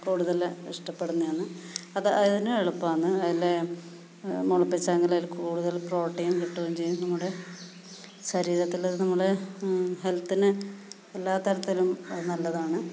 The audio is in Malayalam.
കൂടുതൽ ഇഷ്ടപ്പെടുന്നതാണ് അത് അതിന് എളുപ്പമാണെന്ന് അതിലെ മുളപ്പിച്ചെങ്കിൽ അതിൽ കൂടുതൽ പ്രോട്ടീൻ കിട്ടുവോം ചെയ്യും നമ്മുടെ ശരീരത്തിൽ അത് നമ്മുടെ ഹെൽത്തിനെ എല്ലാത്തരത്തിലും നല്ലതാണ്